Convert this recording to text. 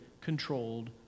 controlled